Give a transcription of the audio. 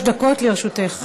חמש דקות לרשותך.